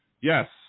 Yes